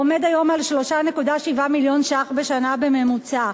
עומד היום על 3.7 מיליון שקלים בשנה בממוצע.